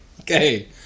Okay